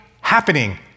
happening